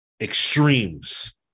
extremes